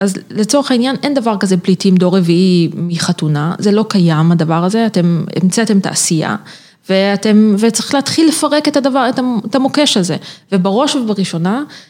אז לצורך העניין, אין דבר כזה פליטים דור רביעי מחתונה, זה לא קיים הדבר הזה, אתם, המצאתם תעשייה, ואתם, וצריך להתחיל לפרק את הדבר, את המוקש הזה, ובראש ובראשונה.